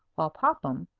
while popham,